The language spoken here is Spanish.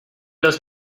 los